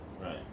Right